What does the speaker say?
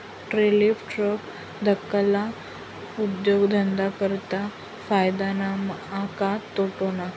Tariff tax धाकल्ला उद्योगधंदा करता फायदा ना का तोटाना?